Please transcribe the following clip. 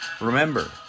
Remember